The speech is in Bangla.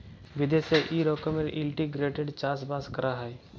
বিদ্যাশে ই রকমের ইলটিগ্রেটেড চাষ বাস ক্যরা হ্যয়